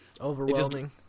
Overwhelming